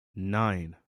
nine